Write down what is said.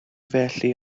felly